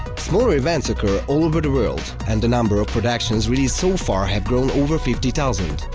smaller events occur all over the world, and the number of productions released so far have grown over fifty thousand.